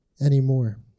anymore